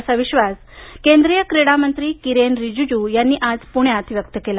असा विश्वास केंद्रीय क्रीडा मंत्री किरेन रीजीजू यांनी आज पुण्यात व्यक्त केला